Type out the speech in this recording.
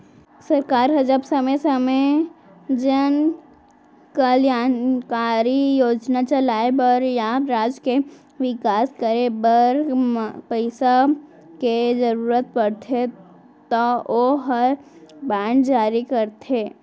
सरकार ह जब समे समे जन कल्यानकारी योजना चलाय बर या राज के बिकास करे बर पइसा के जरूरत परथे तौ ओहर बांड जारी करथे